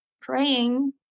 praying